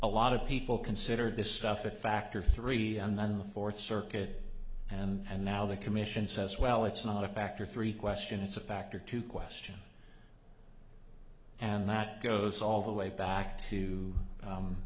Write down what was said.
a lot of people consider this stuff a factor three month fourth circuit and now the commission says well it's not a factor three question it's a factor to question and that goes all the way back to